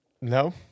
No